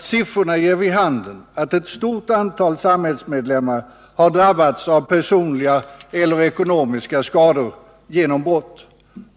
”Siffrorna ger vid handen att ett stort antal samhällsmedlemmar har drabbats av personliga eller ekonomiska skador genom brott.